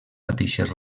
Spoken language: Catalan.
mateixes